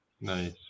Nice